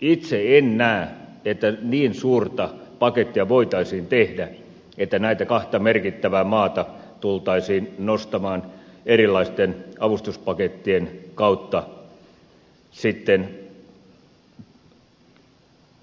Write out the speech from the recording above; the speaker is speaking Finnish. itse en näe että niin suurta pakettia voitaisiin tehdä että näitä kahta merkittävää maata tultaisiin nostamaan erilaisten avustuspakettien kautta sitten